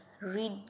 read